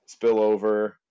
spillover